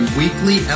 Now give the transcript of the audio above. weekly